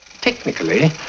Technically